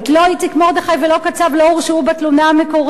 לא איציק מרדכי ולא קצב לא הורשעו בתלונה המקורית,